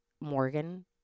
Morgan